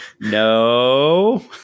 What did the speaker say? No